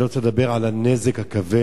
אני לא רוצה לדבר על הנזק הכבד